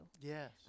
Yes